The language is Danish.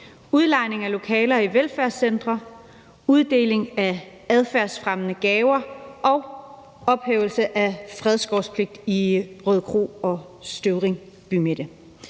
udlejning af lokaler i velfærdscentre, uddeling af affærdsfremmende gaver og ophævelse af fredskovspligt i Rødekro og Støvring bymidte.